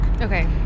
Okay